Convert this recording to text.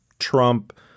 Trump